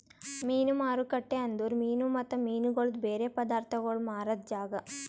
ಮೀನು ಮಾರುಕಟ್ಟೆ ಅಂದುರ್ ಮೀನು ಮತ್ತ ಮೀನಗೊಳ್ದು ಬೇರೆ ಪದಾರ್ಥಗೋಳ್ ಮಾರಾದ್ ಜಾಗ